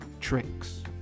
tricks